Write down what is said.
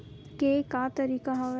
के का तरीका हवय?